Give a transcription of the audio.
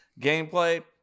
Gameplay